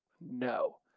No